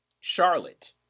charlotte